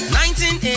1980